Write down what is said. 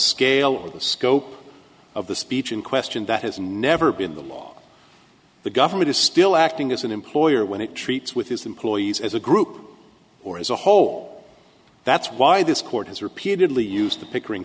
scale of the scope of the speech in question that has never been the law the government is still acting as an employer when it treats with his employees as a group or as a whole that's why this court has repeatedly used the pickering